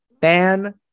fan